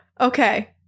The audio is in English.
Okay